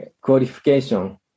qualification